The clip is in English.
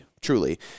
truly